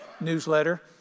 newsletter